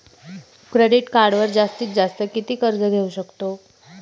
Credit कार्डवर जास्तीत जास्त किती कर्ज घेऊ शकतो?